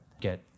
get